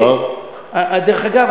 דרך אגב,